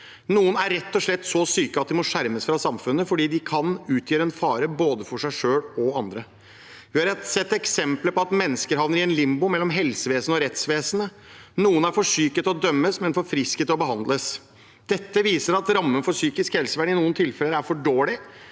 Noen er rett og slett så syke at de må skjermes fra samfunnet fordi de kan utgjøre en fare for både seg selv og andre. Vi har sett eksempler på at mennesker havner i et limbo mellom helsevesenet og rettsvesenet. Noen er for syke til å dømmes, men for friske til å behandles. Dette viser at rammene for psykisk helsevern i noen tilfeller er for dårlige,